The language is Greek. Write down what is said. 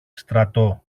στρατό